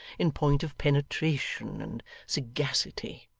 in point of penetration and sagacity